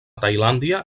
tailàndia